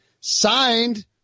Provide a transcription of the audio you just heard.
signed